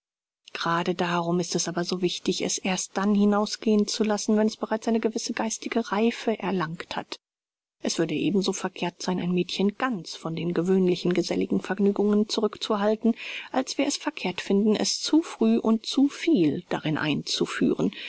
grade darum ist es aber so wichtig es erst dann hinaus gehen zu lassen wenn es bereits eine gewisse geistige reife erlangt hat es würde eben so verkehrt sein ein mädchen ganz von den gewöhnlichen geselligen vergnügungen zurückzuhalten als wir es verkehrt finden es zu früh und zu viel darin einzuführen